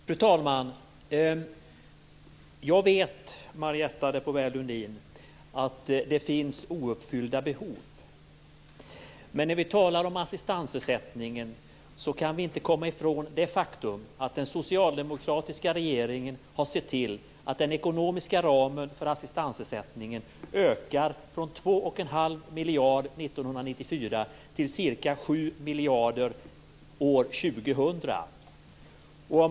Fru talman! Jag vet, Marietta de Pourbaix-Lundin, att det finns ouppfyllda behov. Men när vi talar om assistansersättningen kan vi inte komma ifrån det faktum att den socialdemokratiska regeringen har sett till att den ekonomiska ramen för assistansersättningen ökar från 2 1⁄2 miljard år 1994 till ca 7 miljarder år 2000.